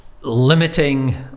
limiting